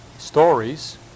stories